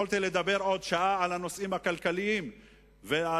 יכולתי לדבר עוד שעה על הנושאים הכלכליים ועל